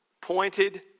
pointed